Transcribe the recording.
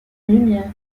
lumière